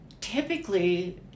typically